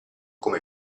come